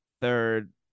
third